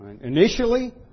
Initially